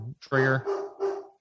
trigger